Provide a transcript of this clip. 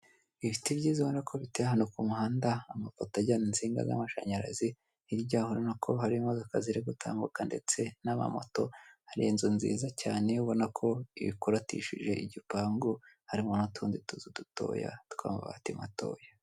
Ibiti byiza ubona ko biteye ahantu ku muhanda, amapoto ajyana insinga z'amashanyarazi hirya yaho urabona ko hari imodota ziri gutambuka ndetse n'amamoto hari inzu nziza cyane ubona ko ikorotishije igipangu harimo n'utundi tuzu dutoya tw'amabati matoya.